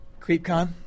CreepCon